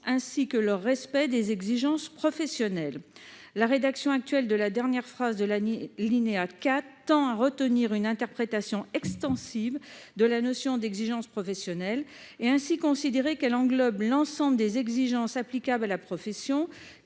ainsi que de leur respect des exigences professionnelles. La rédaction actuelle de la dernière phrase de l'alinéa 4 tend à retenir une interprétation extensive de la notion d'exigence professionnelle, qui engloberait l'ensemble des exigences applicables à la profession,